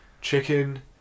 Chicken